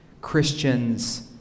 Christians